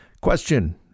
Question